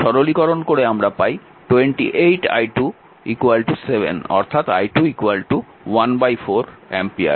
সরলীকরণ করে আমরা পাই 28 i2 7 অর্থাৎ i2 14 অ্যাম্পিয়ার